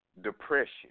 Depression